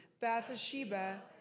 Bathsheba